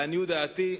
לעניות דעתי,